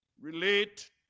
relate